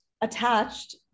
attached